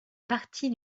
partie